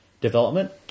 development